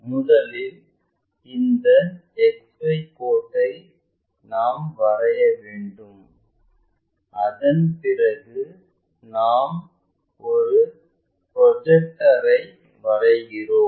முதலில் இந்த XY கோட்டை நாம் வரைய வேண்டும் அதன் பிறகு நாம் ஒரு ப்ரொஜெக்டரை வரைகிறோம்